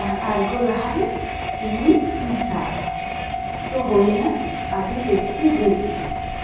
ᱟᱲᱜᱚ ᱞᱟᱦᱟᱨᱮ ᱪᱤᱱᱤᱧ ᱢᱮᱥᱟᱜᱼᱟ ᱛᱚ ᱦᱩᱭᱮᱱᱟ ᱟᱹᱰᱤ ᱴᱮᱥᱴᱤ ᱡᱤᱞ ᱩᱛᱩ